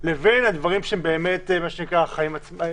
לבין הדברים שהם באמת מה שנקרא החיים עצמם.